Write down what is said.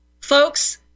Folks